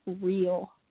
real